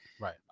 Right